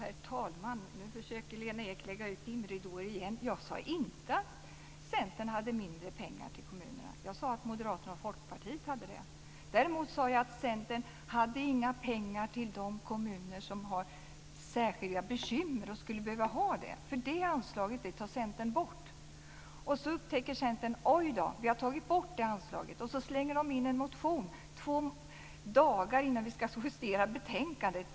Herr talman! Nu försöker Lena Ek lägga ut dimridåer igen. Jag sade inte att Centern hade mindre pengar till kommunerna. Jag sade att Moderaterna och Folkpartiet hade det. Däremot sade jag att Centern inte hade några pengar till de kommuner som har särskilda bekymmer. Det anslaget tar Centern bort. Sedan upptäcker Centern att man har tagit bort anslaget, och i stället slänger man in en motion två dagar innan vi ska justera betänkandet.